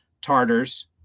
Tartars